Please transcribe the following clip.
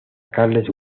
carles